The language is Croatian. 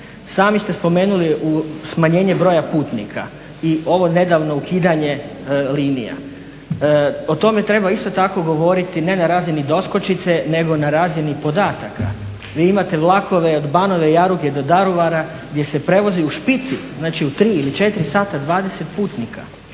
Sami ste spomenuli smanjenje broja putnika i ovo nedavno ukidanje linija. O tome treba isto tako govoriti, ne na razini doskočice, nego na razini podataka. Vi imate vlakove od … do Daruvara gdje se prevozi u špici, znači u 3 ili 4 sata 20 putnika.